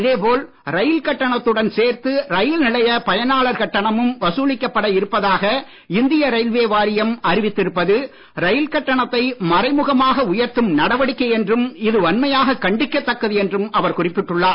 இதே போல் ரயில் கட்டணத்துடன் சேர்த்து ரயில் நிலைய பயனாளர் கட்டணமும் வசூலிக்கப்பட இருப்பதாக இந்திய ரயில்வே வாரியம் அறிவித்திருப்பது ரயில் கட்டணத்தை மறைமுகமாக உயர்த்தும் நடவடிக்கை என்றும் இது வன்மையாகக் கண்டிக்கத் தக்கது என்றும் அவர் குறிப்பிட்டுள்ளார்